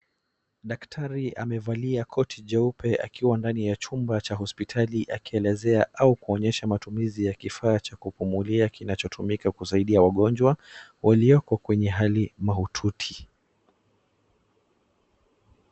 Daktari amevalia koti jeupe akiwa ndani ya chumba cha hospitali akielezea au kuonyesha matumizi ya kifaa cha kupumulia kinachotumika kusaidia wagonjwa walioko kwenye hali mahututi.